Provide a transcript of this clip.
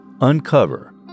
Uncover